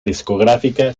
discográfica